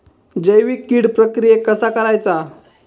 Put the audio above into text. जैविक कीड प्रक्रियेक कसा करायचा?